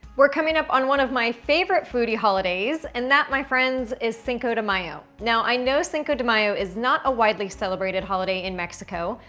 we're coming up on one of my favorite foodie holidays, and that, my friends, is cinco de mayo. now i know cinco de mayo is not a widely celebrated holiday in mexico,